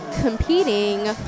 competing